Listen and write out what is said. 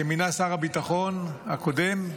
שמינה שר הביטחון הקודם.